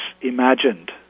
imagined